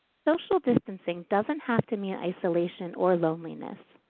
social distancing doesn't have to mean isolation or loneliness.